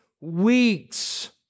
weeks